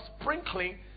sprinkling